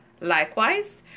Likewise